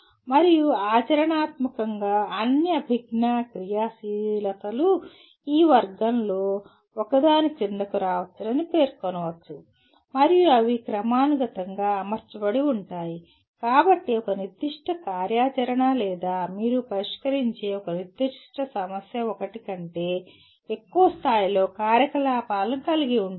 మరియు ఆచరణాత్మకంగా అన్ని అభిజ్ఞా క్రియాశీలతలు ఈ వర్గాలలో ఒకదాని క్రిందకు రావచ్చని పేర్కొనవచ్చు మరియు అవి క్రమానుగతంగా అమర్చబడి ఉంటాయి కాబట్టి ఒక నిర్దిష్ట కార్యాచరణ లేదా మీరు పరిష్కరించే ఒక నిర్దిష్ట సమస్య ఒకటి కంటే ఎక్కువ స్థాయిలో కార్యకలాపాలను కలిగి ఉంటుంది